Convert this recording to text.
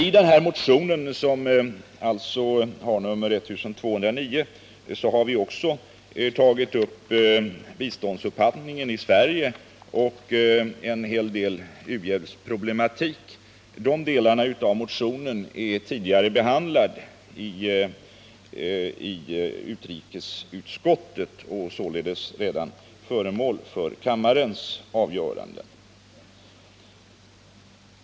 I denna motion, som alltså har nr 1209, har vi också tagit upp frågan om biståndsupphandling i Sverige och en hel del u-hjälpsproblematik. De delarna av motionen har tidigare behandlats i utrikesutskottet och har således redan varit föremål för kammarens avgörande.